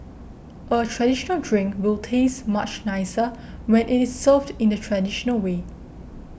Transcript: a traditional drink will taste much nicer when it is served in the traditional way